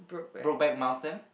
grow back mountain